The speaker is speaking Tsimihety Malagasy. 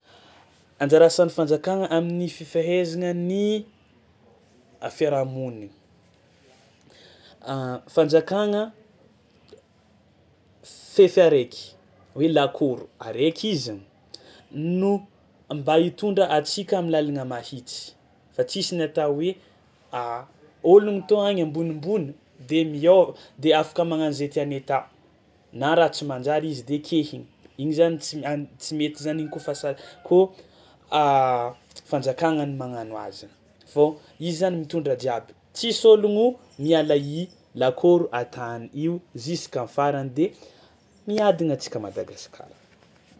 Anjara asan'ny fanjakagna amin'ny fifehezagna ny a fiarahamonina: fanjakagna fefy araiky hoe lakoro araiky izy zany no mba hitondra antsika amin'ny làlagna mahitsy fa tsisy ny atao hoe ôlogno tô agny ambonimbony de mihôa de afaka magnano zay tiany ata na raha tsy manjary izy de ekehiny, igny zany tsy am- tsy mety zany igny kaofa sar- kôa fanjakagna no magnano azy fô izy zany mitondra jiaby, tsisy ôlogno miala i lakôro an-tany io jusk'am'farany de miadana antsika Madagasikara.